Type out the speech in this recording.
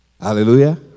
Hallelujah